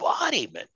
embodiment